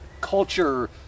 culture